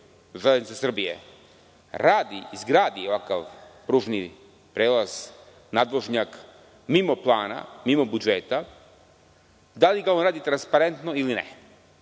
Železnica Srbije radi i izgradi pružni prelaz nadvožnjak mimo plana, mimo budžeta, da li ga radi transparentno ili ne,